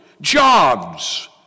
jobs